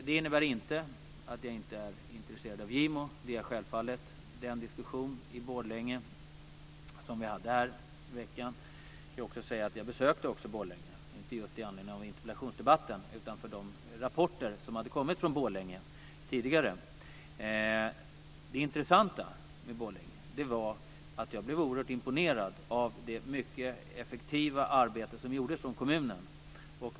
Det innebär inte att jag inte är intresserad av Gimo. Det är jag självfallet. Angående den diskussion om Borlänge som vi hade härom veckan kan jag säga att jag också besökte Borlänge - inte just i anledning av interpellationsdebatten utan för de rapporter som hade kommit från Borlänge tidigare. Det intressanta med Borlänge var, och jag blev oerhört imponerad av, det effektiva arbete som gjordes av kommunen.